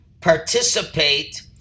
participate